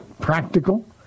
practical